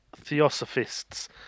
Theosophist's